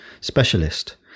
specialist